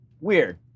weird